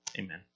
Amen